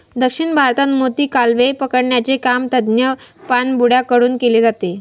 दक्षिण भारतात मोती, कालवे पकडण्याचे काम तज्ञ पाणबुड्या कडून केले जाते